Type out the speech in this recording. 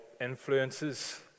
influences